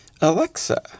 Alexa